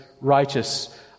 righteous